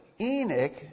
Enoch